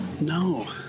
No